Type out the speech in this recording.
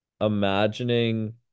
imagining